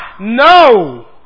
No